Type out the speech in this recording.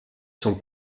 sont